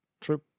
True